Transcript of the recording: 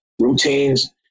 routines